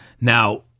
Now